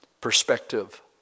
perspective